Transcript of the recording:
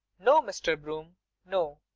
no, mr. broome no.